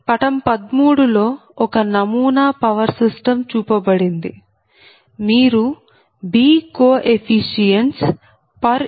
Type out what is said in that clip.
పటం 13 లో ఒక నమూనా పవర్ సిస్టం చూపబడింది మీరు B కో ఎఫీషియెంట్స్ p